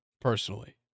personally